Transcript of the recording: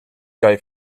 guy